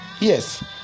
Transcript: Yes